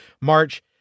march